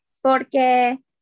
porque